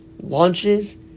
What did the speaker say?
Launches